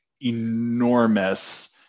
enormous